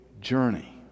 journey